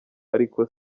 ariko